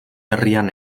herrian